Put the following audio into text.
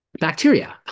bacteria